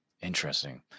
Interesting